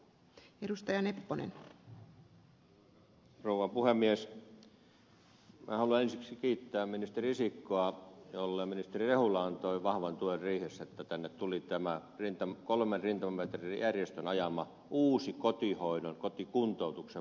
minä haluan ensiksi kiittää ministeri risikkoa jolle ministeri rehula antoi vahvan tuen riihessä että tänne tuli tämä kolmen rintamamiesjärjestön ajama uusi kotikuntoutuksen mallin aloitus